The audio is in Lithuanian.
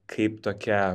kaip tokia